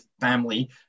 family